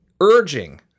urging